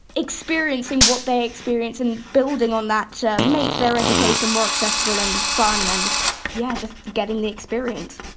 experiencing what they experience and building on that to make their education more accessible and fun and yeah, just getting the experience